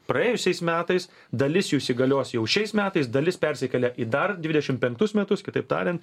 praėjusiais metais dalis jų įsigalios jau šiais metais dalis persikėlė į dar dvidešimt penktus metus kitaip tariant